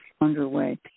underway